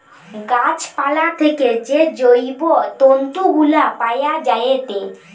গাছ পালা থেকে যে জৈব তন্তু গুলা পায়া যায়েটে